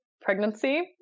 pregnancy